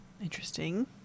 Interesting